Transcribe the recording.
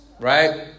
right